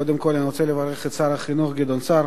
קודם כול, אני רוצה לברך את שר החינוך גדעון סער